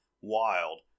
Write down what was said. wild